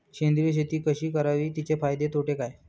सेंद्रिय शेती कशी करावी? तिचे फायदे तोटे काय?